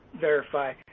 verify